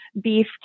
beef